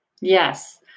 Yes